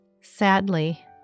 Sadly